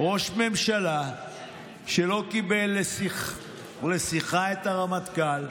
ראש ממשלה שלא קיבל לשיחה את הרמטכ"ל,